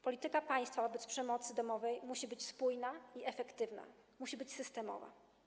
Polityka państwa wobec przemocy domowej musi być spójna i efektywna, musi być systemowa.